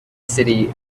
city